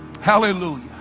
Hallelujah